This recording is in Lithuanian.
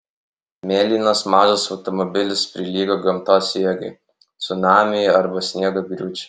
mėlynas mažas automobilis prilygo gamtos jėgai cunamiui arba sniego griūčiai